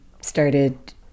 started